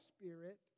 spirit